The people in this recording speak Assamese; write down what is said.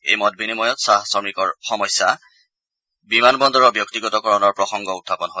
এই মত বিনিময়ত চাহ শ্ৰমিকৰ সমস্যা বিমান বন্দৰৰ ব্যক্তিগতকৰণৰ প্ৰসংগ উখাপন হয়